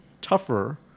tougher